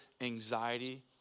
anxiety